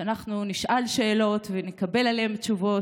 שאנחנו נשאל שאלות ונקבל עליהן תשובות.